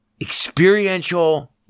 experiential